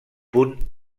punt